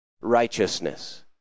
righteousness